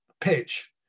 pitch